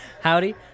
Howdy